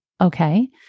Okay